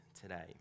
today